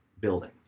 building